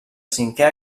cinquè